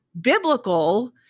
biblical